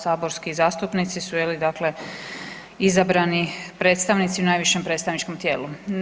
Saborski zastupnici su je li dakle izabrani predstavnici u najvišem predstavničkom tijelu.